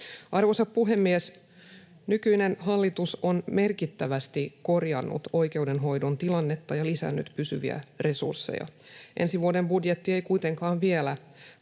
Arvoisa puhemies! Nykyinen hallitus on merkittävästi korjannut oikeudenhoidon tilannetta ja lisännyt pysyviä resursseja. Ensi vuoden budjetti ei kuitenkaan vielä